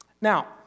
Now